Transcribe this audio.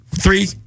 Three